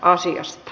asiasta